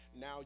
now